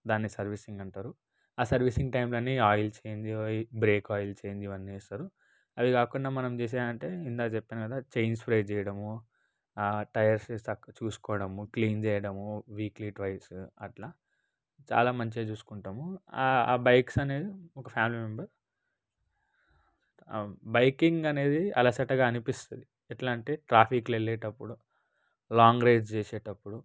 దాన్నే సర్వీసింగ్ అంటారు ఆ సర్వీసింగ్ టైంలోనే ఈ oils change brake oil change ఇవన్నీ చేస్తారు అవి కాకుండా మనం చేసే అంటే ఇందాక చెప్పిన కదా చైన్ స్ప్రే చేయడము ఆ టైర్స్ చక్కగా చూసుకోవడము క్లీన్ చేయడము వీక్లీ ట్వైస్ అట్లా చాలా మంచిగా చూసుకుంటాము ఆ ఆ బైక్స్ అనేవి ఒక ఫ్యామిలీ మెంబర్ ఆ బైకింగ్ అనేది అలసటగా అనిపిస్తుంది ఎట్లా అంటే ట్రాఫిక్లో వెళ్ళేటప్పుడు లాంగ్ రైడ్స్ చేసేటప్పుడు